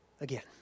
again